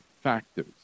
factors